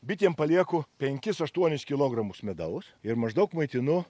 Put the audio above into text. bitėm palieku penkis aštuonis kilogramus medaus ir maždaug maitinu